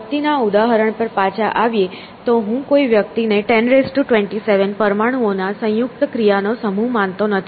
વ્યક્તિ ના ઉદાહરણ પર પાછા આવીએ તો હું કોઈ વ્યક્તિ ને 1027 પરમાણુઓના સંયુક્ત ક્રિયાનો સમુહ માનતો નથી